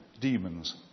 demons